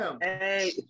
Hey